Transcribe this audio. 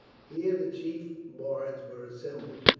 here the chief bards were assembled,